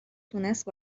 تونست